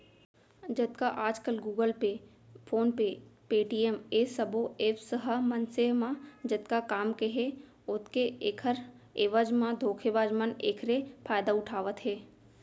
जतका आजकल Google Pay, PhonePe, Paytm ए सबो ऐप्स ह मनसे म जतका काम के हे ओतके ऐखर एवज म धोखेबाज मन एखरे फायदा उठावत हे